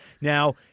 Now